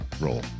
role